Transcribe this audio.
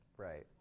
Right